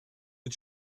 mit